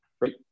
right